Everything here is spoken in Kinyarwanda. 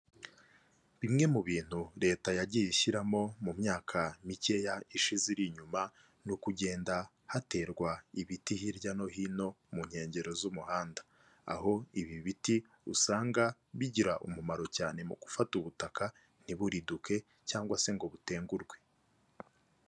bimwe mu bintu leta yagiye ishyiramo, mu myaka mikeya ishize iri inyuma, ni ukugenda haterwa ibiti hirya no hino mu nkengero z'umuhanda, aho ibi biti usanga bigira umumaro cyane mu gufata ubutaka ntiburiduke cyangwa se ngo butengurwe.